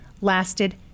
lasted